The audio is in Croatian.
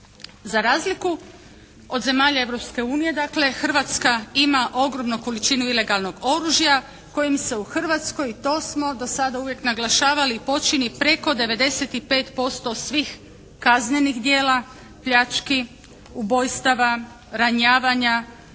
Za razliku od zemalja Europske unije Hrvatska ima ogromnu količinu ilegalnog oružja kojim se u Hrvatskoj i to smo do sada uvijek naglašavali počini preko 95% svih kaznenih djela, pljački, ubojstava, ranjavanja,